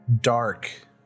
dark